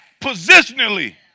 positionally